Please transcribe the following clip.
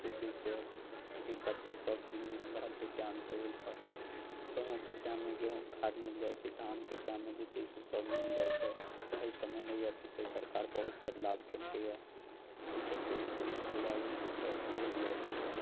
जे छै से नहि दिक्कत छै सभ चीज मिल रहल छै टाइम टेबल पर गेहूँके टाइममे गेहूँ खाद मिल जाइत छै धानके टाइममे जे छै से सभ मिल जाइत छै एहि सभमे नहि अथि छै सरकार बहुत बदलाओ कयलकै हँ एहि सभकेँ जे छै से पूरा जे छै से अथि भेल जाइत छै आब